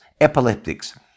epileptics